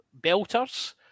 belters